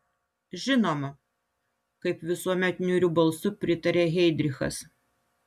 žinoma kaip visuomet niūriu balsu pritarė heidrichas